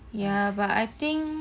ya but I think